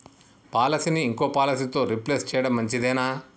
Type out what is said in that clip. పాలసీని ఇంకో పాలసీతో రీప్లేస్ చేయడం మంచిదేనా?